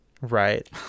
right